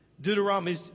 Deuteronomy